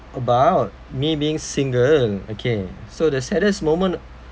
about me being single okay so the saddest moment